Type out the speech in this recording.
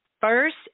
first